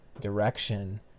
direction